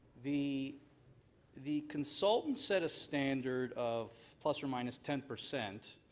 the the consultant set a standard of plus or minus ten percent